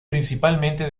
principalmente